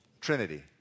Trinity